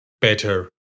better